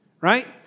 right